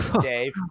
dave